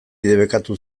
debekatu